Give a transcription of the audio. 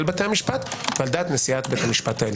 בתי המשפט או על דעת נשיאת בית המשפט העליון?